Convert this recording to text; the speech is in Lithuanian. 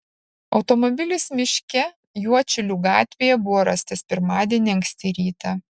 automobilis miške juodšilių gatvėje buvo rastas pirmadienį anksti rytą